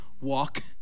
Walk